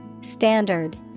Standard